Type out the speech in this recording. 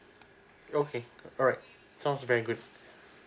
okay alright sounds very good